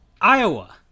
Iowa